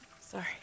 Sorry